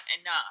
enough